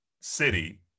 city